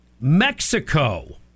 Mexico